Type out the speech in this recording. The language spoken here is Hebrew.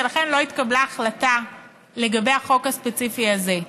ולכן לא התקבלה החלטה לגבי החוק הספציפי הזה.